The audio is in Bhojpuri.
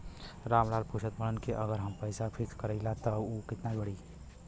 राम लाल पूछत बड़न की अगर हम पैसा फिक्स करीला त ऊ कितना बड़ी?